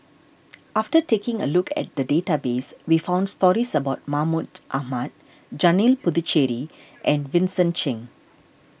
after taking a look at the database we found stories about Mahmud Ahmad Janil Puthucheary and Vincent Cheng